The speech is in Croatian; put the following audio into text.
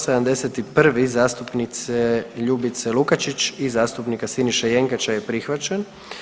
71., zastupnice Ljubice Lukačić i zastupnika Siniše Jenkača je prihvać.